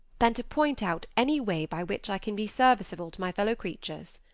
than to point out any way by which i can be serviceable to my fellow creatures.